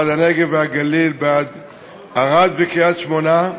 בעד הנגב והגליל, בעד ערד וקריית-שמונה,